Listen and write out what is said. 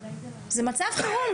זה מצב חירום,